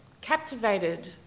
captivated